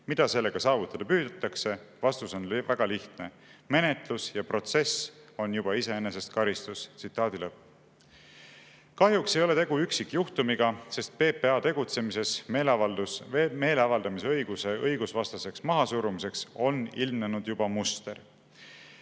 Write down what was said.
Mida sellega saavutada püütakse? Vastus on väga lihtne: menetlus ja protsess on juba iseenesest karistus." Kahjuks ei ole tegu üksikjuhtumiga, sest PPA tegutsemises meeleavaldamise õigusvastaseks mahasurumiseks on ilmnenud juba muster.